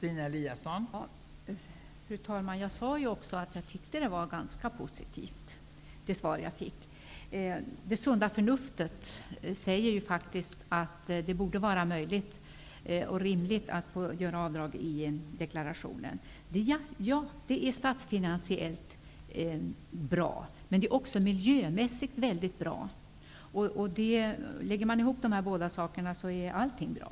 Fru talman! Jag sade ju att jag tyckte att svaret var ganska positivt. Sunt förnuft säger faktiskt att det borde vara både möjligt och rimligt att få göra avdrag i deklarationen. Det är statsfinansiellt bra. Det håller jag med om. Men också miljömässigt är det väldigt bra. Lägger man ihop dessa båda faktorer är allting bra.